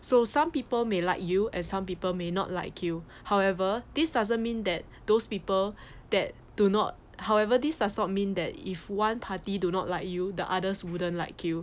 so some people may like you and some people may not like you however this doesn't mean that those people that do not however this does not mean that if one party do not like you the others wouldn't like you